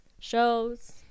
shows